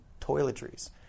toiletries